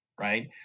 right